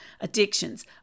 addictions